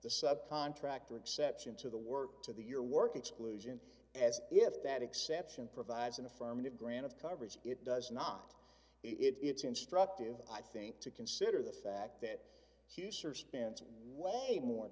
the sub contractor exception to the work to the your work exclusion as if that exception provides an affirmative grant of coverage it does not it's instructive i think to consider the fact that